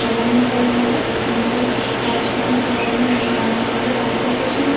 വെള്ളം മുങ്ങി കഴിഞ്ഞാൽ നമ്മൾക്ക് ആവശ്യത്തിനുള്ള സാധനങ്ങളൊന്നും കാണത്തില്ല നമുക്ക് ട്രാൻസ്പോർട്ടേഷൻ